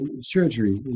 surgery